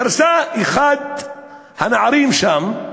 דרסה את אחד הנערים שם,